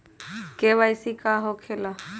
KYC का हो के ला?